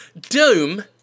Doom